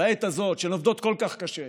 בעת הזאת, שעובדות כל כך קשה.